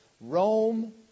Rome